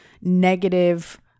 negative